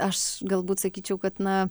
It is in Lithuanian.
ir aš galbūt sakyčiau kad na